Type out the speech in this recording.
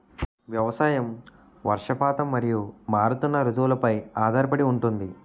వ్యవసాయం వర్షపాతం మరియు మారుతున్న రుతువులపై ఆధారపడి ఉంటుంది